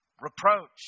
reproach